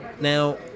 Now